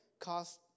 cost